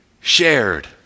shared